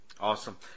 Awesome